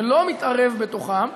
ולא מתערב בתוכם,